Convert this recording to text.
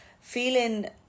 Feeling